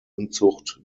unzucht